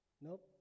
nope